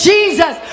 Jesus